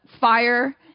fire